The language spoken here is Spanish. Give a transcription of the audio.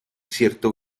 cierto